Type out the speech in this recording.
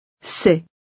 C'est